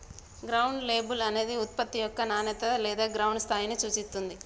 ground label అనేది ఉత్పత్తి యొక్క నాణేత లేదా గ్రౌండ్ స్థాయిని సూచిత్తుంది